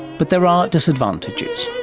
but there are disadvantages.